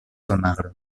almagro